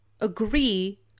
agree